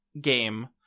game